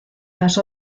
las